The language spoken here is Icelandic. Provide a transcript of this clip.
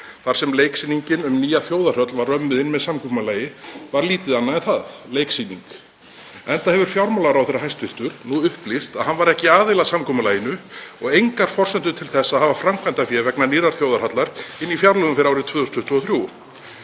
þar sem leiksýningin um nýja þjóðarhöll var römmuð inn með samkomulagi, var lítið annað en það, leiksýning, enda hefur hæstv. fjármálaráðherra nú upplýst að hann var ekki aðili að samkomulaginu og engar forsendur til þess að hafa framkvæmdafé vegna nýrrar þjóðarhallar í fjárlögum fyrir árið 2023.